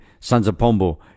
Sanzapombo